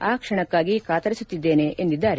ಆ ಕ್ಷಣಕ್ಕಾಗಿ ಕಾತರಿಸುತ್ತಿದ್ದೇನೆ ಎಂದಿದ್ದಾರೆ